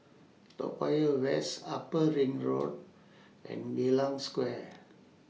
Toa Payoh West Upper Ring Road and Geylang Square